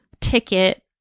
ticket